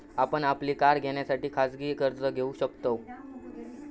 आपण आपली कार घेण्यासाठी खाजगी कर्ज घेऊ शकताव